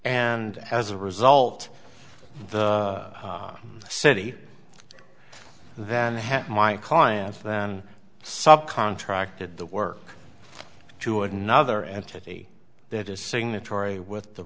and as a result the city then had my clients then subcontracted the work to another entity that is signatory with the